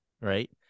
right